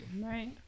Right